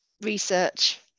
research